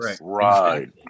Right